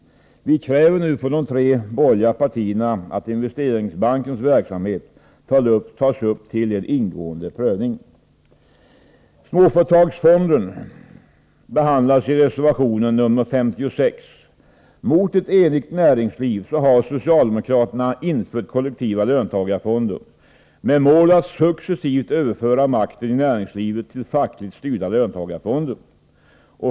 Vi kräver nu från de tre borgerliga partierna att Investeringsbankens verksamhet tas upp till en ingående prövning. Småföretagsfonden behandlas i reservation nr 56. Mot ett enigt näringsliv har socialdemokraterna infört kollektiva löntagarfonder med mål att successivt överföra makten i näringslivet till fackligt styrda löntagarfonder.